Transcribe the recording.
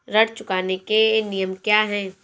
ऋण चुकाने के नियम क्या हैं?